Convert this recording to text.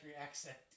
accent